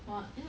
!wah! y~ know